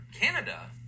Canada